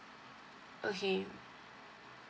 okay